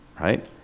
Right